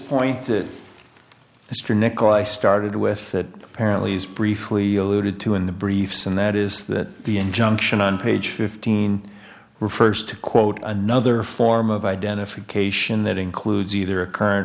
point to mr nicol i started with that apparently as briefly alluded to in the briefs and that is that the injunction on page fifteen refers to quote another form of identification that includes either a current